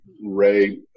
Ray